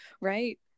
Right